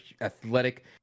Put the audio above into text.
athletic